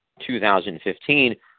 2015